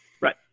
Right